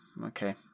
Okay